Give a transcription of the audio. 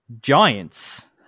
Giants